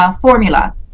formula